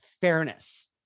fairness